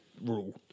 rule